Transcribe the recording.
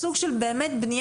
ספטמבר עד יולי.